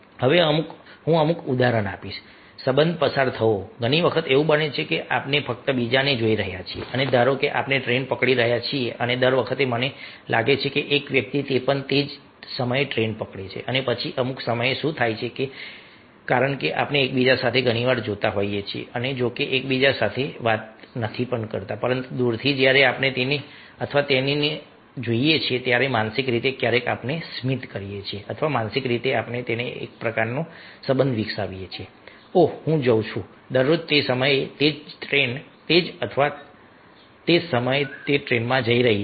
હવે હું અમુક ઉદાહરણ આપી શકું છું સંબંધ પસાર થવો ઘણી વખત એવું બને છે કે આપણે ફક્ત બીજાને જોઈ રહ્યા છીએ અને ધારો કે આપણે ટ્રેન પકડી રહ્યા છીએ અને દર વખતે મને લાગે છે કે એક વ્યક્તિ તે પણ તે જ સમયે ટ્રેન પકડે છે અને પછી અમુક સમયે શું થાય છે કે કારણ કે આપણે એકબીજા સાથે ઘણી વાર જોતા હોઈએ છીએ જો કે આપણે એકબીજા સાથે વાત કરી નથી પરંતુ દૂરથી જ્યારે આપણે તેને અથવા તેણીને જોઈએ છીએ માનસિક રીતે ક્યારેક આપણે સ્મિત કરીએ છીએ અથવા માનસિક રીતે આપણે એક પ્રકારનો સંબંધ વિકસાવીએ છીએ ઓહ હું જાઉં છું દરરોજ તે જ સમયે તે જ ટ્રેન તે અથવા તે પણ તે જ સમયે તે જ ટ્રેનમાં જઈ રહી છે